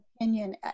opinion